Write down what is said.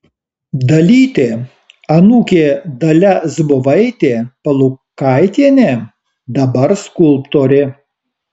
dalytė anūkė dalia zubovaitė palukaitienė dabar skulptorė